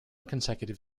consecutive